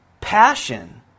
passion